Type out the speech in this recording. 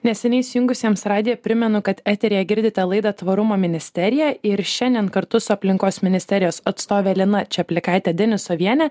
neseniai įsijungusiems radiją primenu kad eteryje girdite laidą tvarumo ministerija ir šiandien kartu su aplinkos ministerijos atstove lina čaplikaite denisoviene